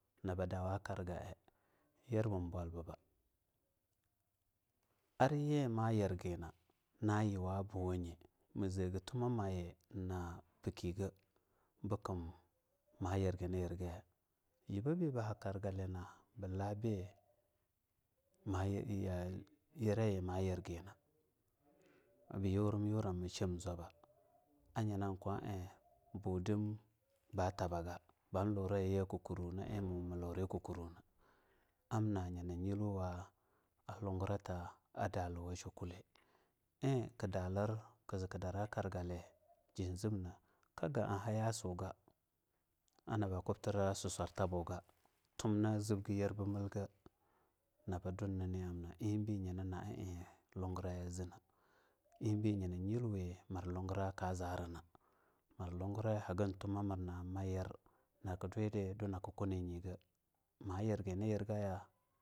yadawa luguraba nab dawa gargale bolban nyirbiba aryi ma yirgi na hani yuwa buwa ye ma zega tumamayi na pikiga bukum ma yirgi na yirgaya yibabi ba ha kargalina bula yiriyi ma yirgina ba yurim yurama shem zwaba-a nyina kwa e budim ba tabaga, bam lurayiya kukuru na ie ni muma luri kukuruna, amna nyina nyilwo a lugu raba adalluwa sha kulle ie ki dalir ku zee ki dara akargalana, jizebeh ka ga an hara suga a naba kubtra suswar tabuga tumna zibga yirbumilga, nab dun-na amna iebi yina nyilwi mir lugurab ku zee na lembi yina nyilwiwi mir lugurab ku lina, luguraya hagin tuma mirna ma yirga ku du nyir di naku dunaki kuni nyiga ma nyirgina yirga ya